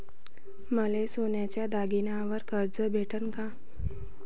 मले सोन्याच्या दागिन्यावर कर्ज भेटन का?